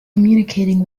communicating